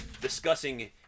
discussing